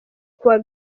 kuwa